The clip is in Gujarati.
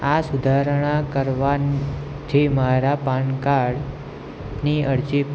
આ સુધારણા કરવાં થી મારા પાન કાર્ડ ની અરજી